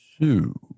Two